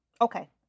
okay